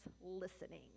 listening